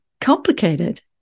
complicated